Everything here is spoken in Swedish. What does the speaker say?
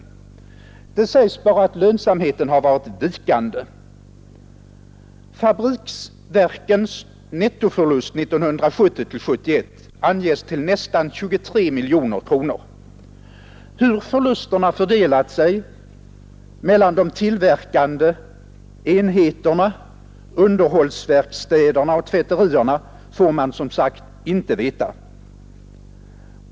Det sägs bara att lönsamheten har varit vikande. Fabriksverkens nettoförlust 1970/71 anges till nästan 23 miljoner kronor. Hur förlusterna fördelat sig mellan de tillverkande enheterna, underhållsverkstäderna och tvätterierna får man som sagt inte veta.